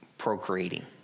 procreating